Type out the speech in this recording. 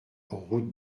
route